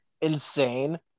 insane